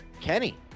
Kenny